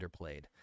underplayed